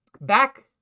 back